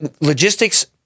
logistics